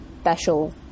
special